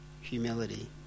humility